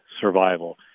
survival